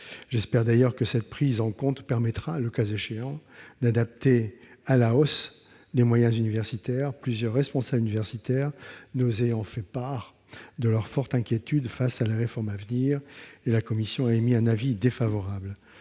J'espère d'ailleurs que cette prise en compte permettra, le cas échéant, d'adapter à la hausse les moyens des facultés- plusieurs responsables universitaires nous ont fait part de leur forte inquiétude face à la réforme à venir. La commission a émis un avis défavorable.